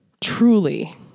Truly